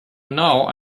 now